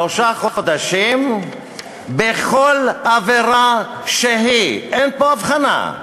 זה שלושה חודשים בכל עבירה שהיא, ואין פה הבחנה.